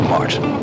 Martin